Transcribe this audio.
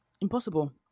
Impossible